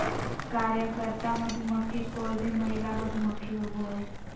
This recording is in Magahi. कार्यकर्ता मधुमक्खी कोय भी महिला मधुमक्खी होबो हइ